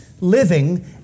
living